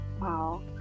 Wow